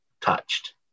touched